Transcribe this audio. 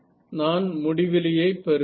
நான் முடிவிலியை பெறுவேன்